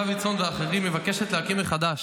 -- של חבר הכנסת סימון דוידסון ואחרים מבקשת להקים מחדש